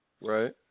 Right